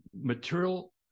material